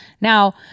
Now